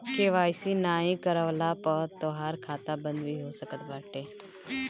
KYC नाइ करववला पअ तोहार खाता बंद भी हो सकत बाटे